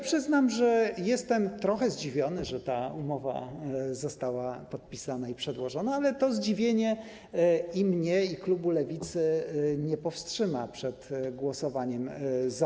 Przyznam, że jestem trochę zdziwiony, że ta umowa została podpisana i przedłożona, ale to zdziwienie ani mnie, ani klubu Lewicy nie powstrzyma przed głosowaniem za